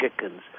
chickens